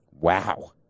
Wow